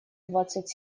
двадцать